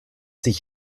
sich